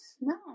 No